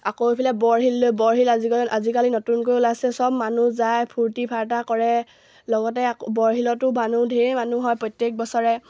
আকৌ এইফালে বৰশিললৈ বৰশিল আজিকালি আজিকালি নতুনকৈ ওলাইছে চব মানুহ যায় ফূৰ্তি ফাৰ্তা কৰে লগতে আকৌ বৰশিলতো মানুহ ঢেৰ মানুহ হয় প্ৰত্যেক বছৰে